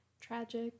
Tragic